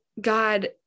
God